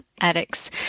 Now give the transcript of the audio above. addicts